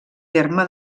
terme